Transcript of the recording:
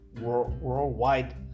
worldwide